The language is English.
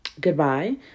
goodbye